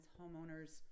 homeowners